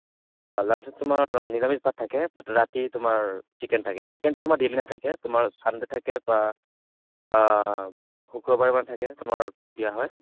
লাঞ্চত তোমাৰ নিৰামিষ ভাত থাকে বাত ৰাতি তোমাৰ চিকেন থাকে চিকেনটো তোমাৰ ডেইলি নাথাকে তোমাৰ চানডে থাকে বা শুক্ৰবাৰ মানে থাকে তোমাৰ দিয়া হয়